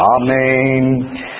Amen